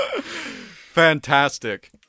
Fantastic